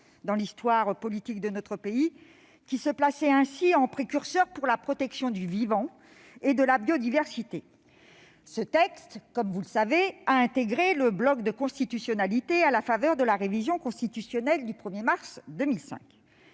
dans l'histoire politique de notre pays, qui se plaçait ainsi en précurseur pour la protection du vivant et de la biodiversité. Ce texte, comme vous le savez, a intégré le bloc de constitutionnalité à la faveur de la révision constitutionnelle du 1 mars 2005.